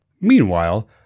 meanwhile